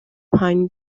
pine